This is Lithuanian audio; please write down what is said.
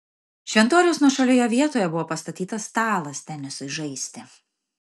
šventoriaus nuošalioje vietoje buvo pastatytas stalas tenisui žaisti